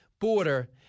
border